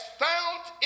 found